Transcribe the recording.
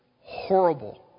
horrible